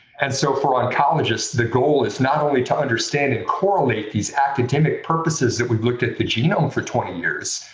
and so, for oncologists, the goal is not only to understand and correlate these academic purposes that we've looked at the genome for twenty years,